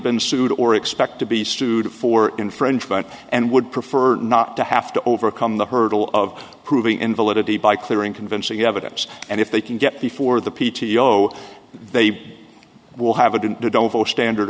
been sued or expect to be sued for infringement and would prefer not to have to overcome the hurdle of proving in validity by clear and convincing evidence and if they can get before the p t o they will have a didn't do don't vote standard